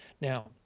Now